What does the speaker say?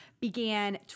began